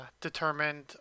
determined